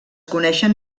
coneixen